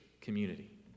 community